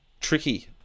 tricky